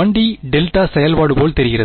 1 D delta செயல்பாடு போல் தெரிகிறது